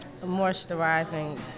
moisturizing